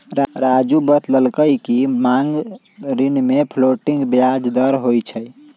राज़ू बतलकई कि मांग ऋण में फ्लोटिंग ब्याज दर होई छई